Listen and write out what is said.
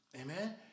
Amen